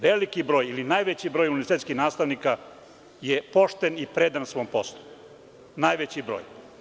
Veliki broj ili najveći broj univerzitetskih nastavnika je pošten i predan svom poslu, najveći broj.